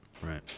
Right